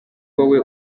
wowe